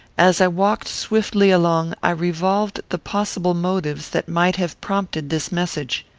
as i walked swiftly along, i revolved the possible motives that might have prompted this message.